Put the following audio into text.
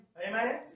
Amen